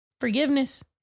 forgiveness